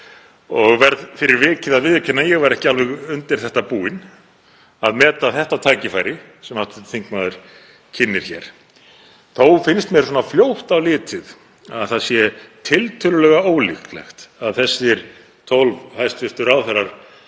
fyrir vikið að viðurkenna að ég var ekki alveg undir það búinn að meta þetta tækifæri sem hv. þingmaður kynnir hér. Þó finnst mér svona fljótt á litið að það sé tiltölulega ólíklegt að þessir 12 hæstv. ráðherrar